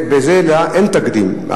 ולזה אין תקדים,